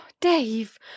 Dave